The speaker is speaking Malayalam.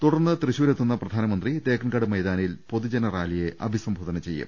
തുടർന്ന് തൃശൂരെത്തുന്ന പ്രധാനമന്ത്രി തേക്കിൻകാട് മൈതാനിയിൽ പൊതുജന റാലിയെ അഭിസംബോധന ചെയ്യും